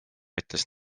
ütles